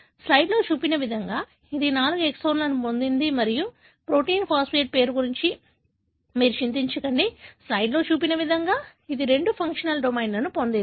స్లయిడ్లో చూపిన విధంగా ఇది 4 ఎక్సోన్లను పొందింది మరియు ప్రోటీన్ ఫాస్ఫేటేస్ పేరు గురించి చింతించకండి స్లైడ్లో చూపిన విధంగా ఇది రెండు ఫంక్షనల్ డొమైన్లను పొందింది